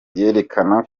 yerekana